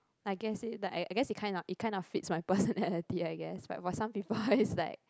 I guess it I guess it kind of it kind of fits my personality I guess for some people it's like